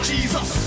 Jesus